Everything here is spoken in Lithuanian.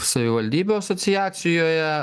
savivaldybių asociacijoje